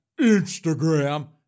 Instagram